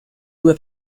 due